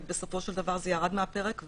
ובסופו של דבר זה ירד מהפרק,